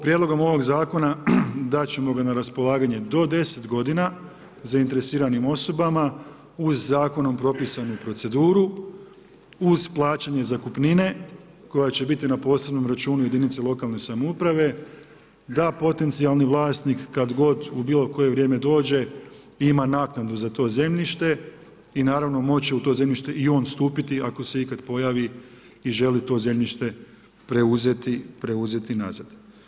Prijedlogom ovog zakona dat ćemo ga na raspolaganje do 10 godina zainteresiranim osobama uz zakonom propisanu proceduru uz plaćanje zakupnine koja će biti na posebnom računu jedinice lokalne samouprave da potencijalni vlasnik kad god u bilo koje vrijeme dođe ima naknadu za to zemljište i naravno moći će u to zemljište i on stupiti ako se ikad pojavi i želi to zemljište preuzeti nazad.